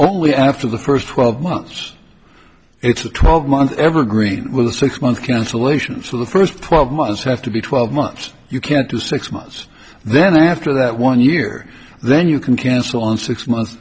only after the first twelve months it's a twelve month evergreen with a six month cancellation so the first twelve months have to be twelve months you can't do six months then after that one year then you can cancel on six months